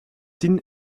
tien